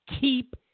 keep